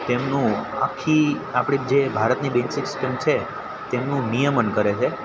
તેમનું આખી આપણી જે ભારતની બેન્ક સિસ્ટમ છે તેમનું નિયમન કરે છે